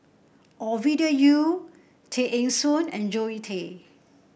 Ovidia Yu Tay Eng Soon and Zoe Tay